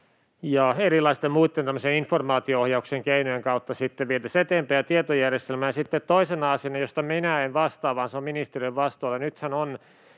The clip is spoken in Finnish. muitten tämmöisten informaatio-ohjauksen keinojen kautta sitten vietäisiin tätä eteenpäin. Sitten toisena asiana, josta minä en vastaa, vaan se on ministeriön vastuulla: